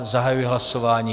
Zahajuji hlasování.